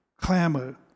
clamor